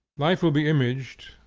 life will be imaged,